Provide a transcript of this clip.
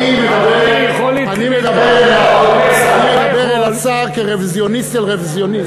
אני מדבר אל השר כרוויזיוניסט אל רוויזיונסט.